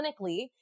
clinically